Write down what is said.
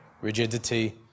rigidity